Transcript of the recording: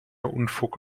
unfug